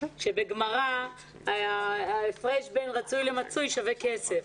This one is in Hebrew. שבגמרא ההפרש בין רצוי למצוי שווה כסף.